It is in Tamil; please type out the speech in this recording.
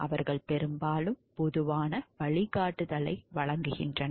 அவர்கள் பெரும்பாலும் பொதுவான வழிகாட்டுதலை வழங்கினர்